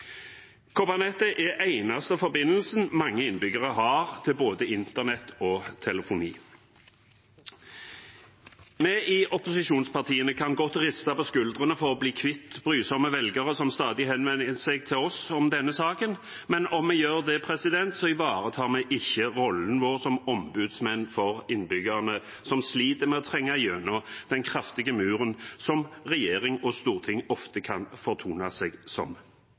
er den eneste forbindelsen mange innbyggere har til både internett og telefoni. Vi i opposisjonspartiene kan godt riste på skuldrene for å bli kvitt brysomme velgere som stadig henvender seg til oss om denne saken, men om vi gjør det, ivaretar vi ikke rollen vår som ombudsmenn for innbyggerne som sliter med å trenge igjennom den kraftige muren som regjering og storting ofte kan fortone seg som.